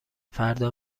فردا